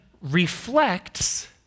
reflects